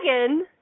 dragon